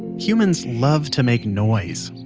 humans love to make noise.